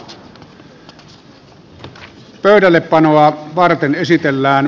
ensimmäinen varapuhemies pekka ravi